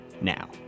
now